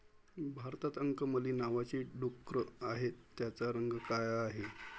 भारतात अंकमली नावाची डुकरं आहेत, त्यांचा रंग काळा आहे